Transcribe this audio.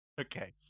okay